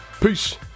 Peace